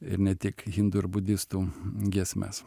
ir ne tik hindų ir budistų giesmes